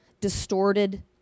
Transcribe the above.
distorted